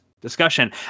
discussion